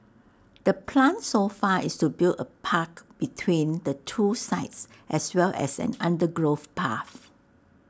the plan so far is to build A park between the two sites as well as an undergrowth path